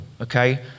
okay